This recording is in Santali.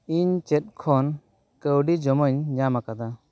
ᱤᱧ ᱪᱮᱫ ᱠᱷᱚᱱ ᱠᱟᱹᱣᱰᱤ ᱡᱚᱢᱟᱧ ᱧᱟᱢᱟᱠᱟᱫᱟ